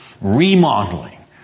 remodeling